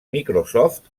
microsoft